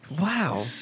Wow